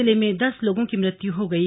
जिले में दस लोगों की मृत्यु को गयी